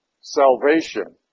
salvation